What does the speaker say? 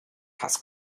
has